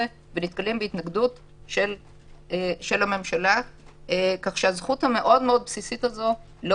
ונתקלים בהתנגדות הממשלה כך שהזכות המאוד בסיסית הזאת לא